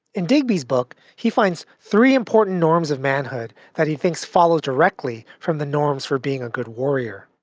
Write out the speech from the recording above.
in digby's book, he finds three important norms of manhood that he thinks follow directly from the norms for being a good warrior.